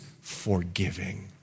forgiving